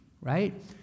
right